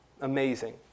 Amazing